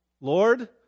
lord